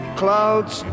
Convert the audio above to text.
clouds